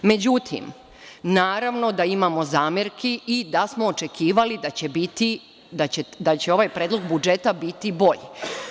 Međutim, naravno da imamo zamerki i da smo očekivali da će ovaj Predlog budžeta biti bolji.